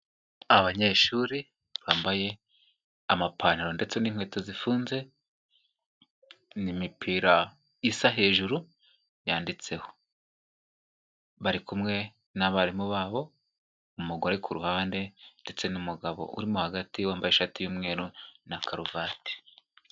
Abanyeshuri bambaye amapantaro ndetse n'inkweto zifunze n'imipira isa hejuru, yanditseho. Bari kumwe n'abarimu babo, umugore ku ruhande ndetse n'umugabo urimo hagati, wambaye ishati y'umweru na karuvati.